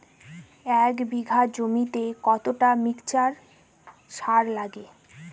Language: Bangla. এক বিঘা জমিতে কতটা মিক্সচার সার লাগে?